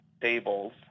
tables